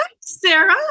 Sarah